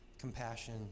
compassion